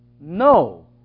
No